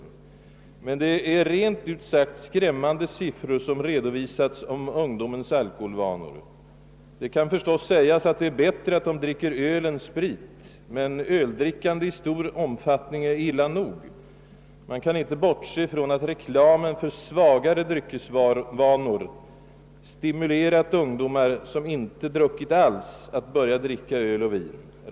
Men det är rent ut sagt skrämmande siffror som redovisats om ungdomens alkoholvanor. Det kan förstås sägas att det är bättre att de dricker öl än sprit. Men öldrickande i stor omfattning är illa nog. Man kan inte bortse ifrån att reklamen för svagare” dryckesvanor stimulerat ungdomar som inte druckit alls att börja dricka öl och vin.